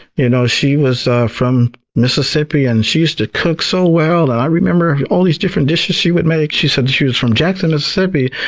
you know she was from mississippi, and she used to cook so well, and i remember all these different dishes she would make. she said she was from jackson, mississippi,